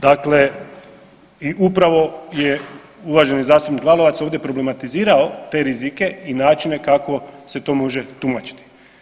Dakle i upravo je uvaženi zastupnik Lalovac ovdje problematizirao te rizike i načine kako se to može tumačiti.